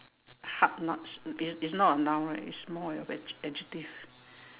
hard nuts is is not a noun right is more of adj~ adjective